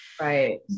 Right